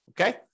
Okay